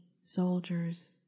soldiers